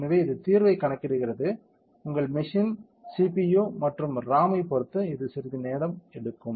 எனவே இது தீர்வைக் கணக்கிடுகிறது உங்கள் மெஷின் CPU மற்றும் RAM ஐப் பொறுத்து இது சிறிது நேரம் எடுக்கும்